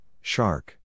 shark